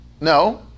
No